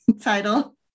title